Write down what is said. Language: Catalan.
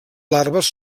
larves